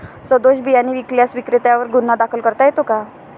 सदोष बियाणे विकल्यास विक्रेत्यांवर गुन्हा दाखल करता येतो का?